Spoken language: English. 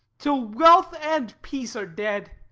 till wealth and peace are dead.